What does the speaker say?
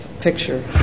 picture